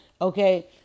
okay